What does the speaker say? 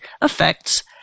affects